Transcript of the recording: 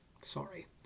Sorry